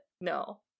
No